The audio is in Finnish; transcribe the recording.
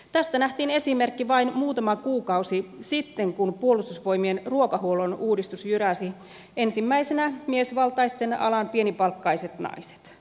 tästä nähtiin esimerkki vain muutama kuukausi sitten kun puolustusvoimien ruokahuollon uudistus jyräsi ensimmäisenä miesvaltaisen alan pienipalkkaiset naiset